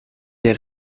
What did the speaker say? der